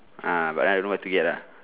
ah but then I don't know where to get uh